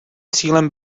cílem